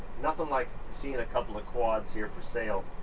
nothing like seeing a couple of quads here for sale